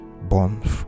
born